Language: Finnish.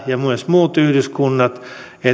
ja myös muut yhdyskunnat voisivat itsenäisesti päättää